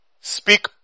speak